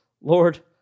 Lord